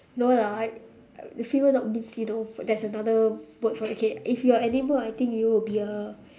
no lah the female dog means you know there's another word for it okay if you are an animal I think you will be a